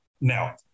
Now